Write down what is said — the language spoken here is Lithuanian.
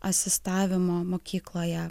asistavimo mokykloje